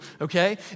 okay